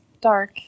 dark